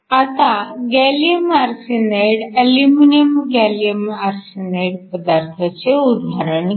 आता gallium arsenide aluminium gallium arsenide पदार्थाचे उदाहरण घ्या